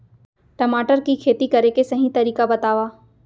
टमाटर की खेती करे के सही तरीका बतावा?